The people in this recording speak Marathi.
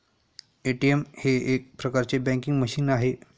ए.टी.एम हे एक प्रकारचे बँकिंग मशीन आहे